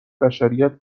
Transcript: بشریت